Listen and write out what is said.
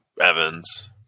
Evans